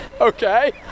okay